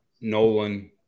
Nolan